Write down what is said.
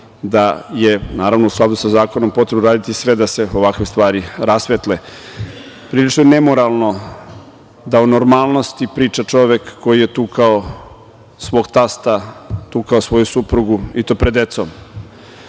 da je naravno u skladu sa zakonom potrebno uraditi sve da se ovakve stvari rasvetle. Prilično je nemoralno da o normalnosti priča čovek koji je tukao svog tasta, tukao svoju suprugu i to pred decom.